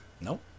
Nope